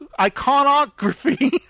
Iconography